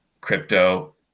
crypto